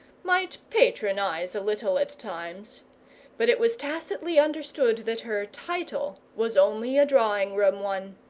might patronize a little at times but it was tacitly understood that her title was only a drawing-room one.